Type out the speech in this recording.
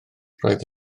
roedd